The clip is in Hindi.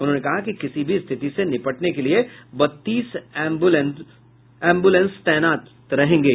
उन्होंने कहा कि किसी भी स्थिति से निपटने के लिए बत्तीस एम्बुलेंस तैनात रहेंगे